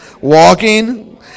Walking